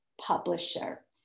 publisher